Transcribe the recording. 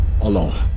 alone